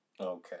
Okay